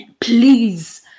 please